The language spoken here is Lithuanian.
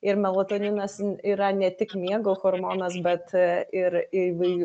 ir melatoninas n yra ne tik miego hormonas bet ir įvai